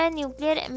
nuclear